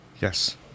Yes